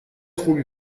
خوبی